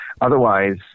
Otherwise